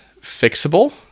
fixable